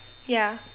ya